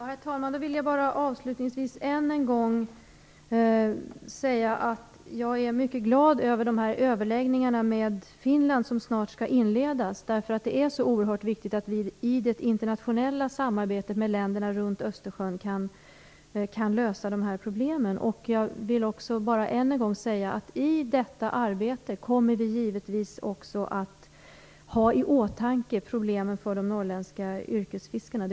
Herr talman! Då vill jag avslutningsvis än en gång säga att jag är mycket glad över att överläggningarna med Finland snart skall inledas. Det är oerhört viktigt att vi kan lösa de här problemen i det internationella samarbetet med länderna runt Östersjön. Jag vill även än en gång säga att vi givetvis kommer att ha problemen för de norrländska yrkesfiskarna i åtanke i detta arbete.